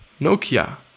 Nokia